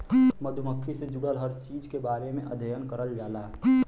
मधुमक्खी से जुड़ल हर चीज के बारे में अध्ययन करल जाला